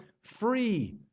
free